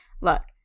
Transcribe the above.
Look